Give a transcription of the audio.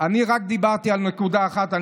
אני רק דיברתי על נקודה אחת.